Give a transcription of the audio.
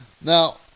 Now